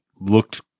looked